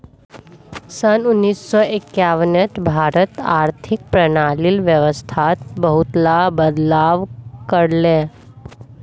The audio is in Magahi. सन उन्नीस सौ एक्यानवेत भारत आर्थिक प्रणालीर व्यवस्थात बहुतला बदलाव कर ले